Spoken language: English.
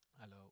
Hello